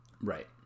right